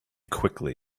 quickly